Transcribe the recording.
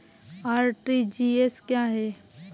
RTGS क्या है?